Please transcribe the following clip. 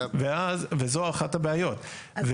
וזו אחת הבעיות.